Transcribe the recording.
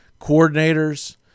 coordinators